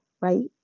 right